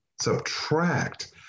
subtract